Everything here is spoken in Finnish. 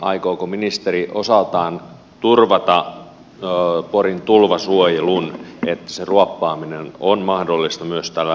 aikooko ministeri osaltaan turvata porin tulvasuojelun sen että se ruoppaaminen on mahdollista myös tällä natura alueella